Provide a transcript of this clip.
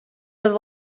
was